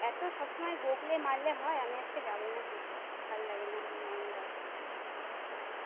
এত সবসময় বকলে মারলে হয় আমি আজকে যাবই না পড়তে আমার ভাল লাগে না নয়নদার